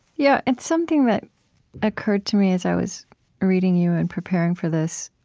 yeah and something that occurred to me as i was reading you and preparing for this,